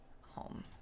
Home